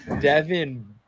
Devin